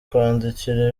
kwandikira